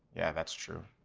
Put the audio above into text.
yeah, that's true.